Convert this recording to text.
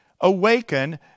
Awaken